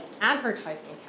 Advertising